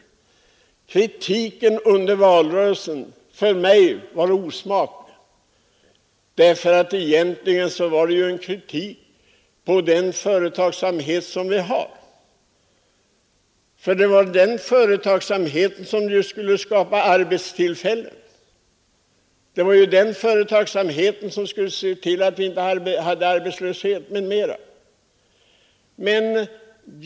Kritiken under valrörelsen var för mig osmaklig. Egentligen var den en kritik mot den företagsamhet som vi har. Det var den företagsamheten som skulle skapa arbetstillfällen, det var den som skulle se till, att vi inte hade arbetslöshet m.m.